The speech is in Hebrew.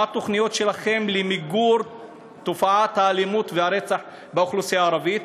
מה התוכניות שלכם למיגור תופעת האלימות והרצח באוכלוסייה הערבית?